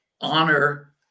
honor